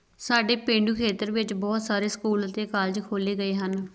ਸਾਡੇ ਪੇਂਡੂ ਖੇਤਰ ਵਿੱਚ ਬਹੁਤ ਸਾਰੇ ਸਕੂਲ ਅਤੇ ਕਾਲਜ ਖੋਲ੍ਹੇ ਗਏ ਹਨ